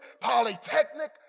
Polytechnic